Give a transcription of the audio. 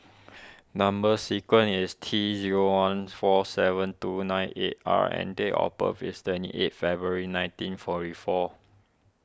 Number Sequence is T zero one four seven two nine eight R and date of birth is twenty eight February nineteen forty four